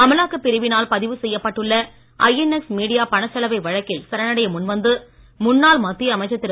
அமலாக்கப் பிரிவினால் பதிவு செய்யப்பட்டுள்ள ஐஎன்எக்ஸ் மீடியா பணச்சலவை வழக்கில் சரணடைய முன்வந்து முன்னாள் மத்திய அமைச்சர் திரு